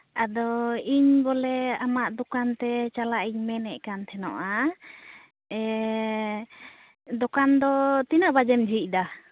ᱦᱮᱸ ᱟᱫᱚ ᱤᱧ ᱵᱚᱞᱮ ᱟᱢᱟᱜ ᱫᱚᱠᱟᱱ ᱛᱮ ᱪᱟᱞᱟᱜ ᱤᱧ ᱢᱮᱱᱮᱛ ᱠᱟᱱ ᱛᱟᱦᱮᱱᱚᱜᱼᱟ ᱫᱚᱠᱟᱱ ᱫᱚ ᱛᱤᱱᱟᱹᱜ ᱵᱟᱡᱮᱢ ᱡᱷᱤᱡ ᱮᱫᱟ